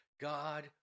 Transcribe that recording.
God